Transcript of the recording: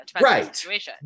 right